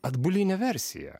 atbulinė versija